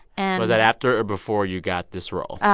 and was that after or before you got this role?